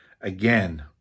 again